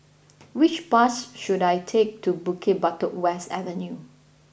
which bus should I take to Bukit Batok West Avenue